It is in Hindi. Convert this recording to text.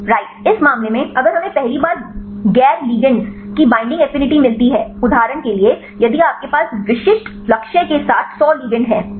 राइट इस मामले में अगर हमें पहली बार गैर लिगेंड्स की बाइंडिंग एफिनिटी मिलती है उदाहरण के लिए यदि आपके पास विशिष्ट लक्ष्य के साथ 100 लिगेंड हैं तो